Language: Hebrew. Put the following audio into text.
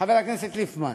חבר הכנסת ליפמן,